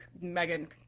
Megan